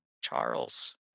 Charles